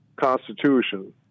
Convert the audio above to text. constitution